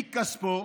מכספו,